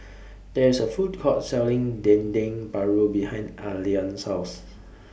There IS A Food Court Selling Dendeng Paru behind Allean's House